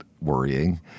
worrying